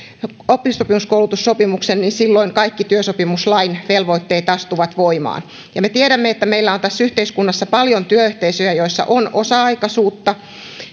oppisopimuskoulutussopimuksen niin silloin kaikki työsopimuslain velvoitteet astuvat voimaan me tiedämme että meillä on tässä yhteiskunnassa paljon työyhteisöjä joissa on osa aikaisuutta